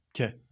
Okay